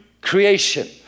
creation